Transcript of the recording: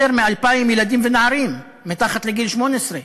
יותר מ-2,000 ילדים ונערים מתחת לגיל 18,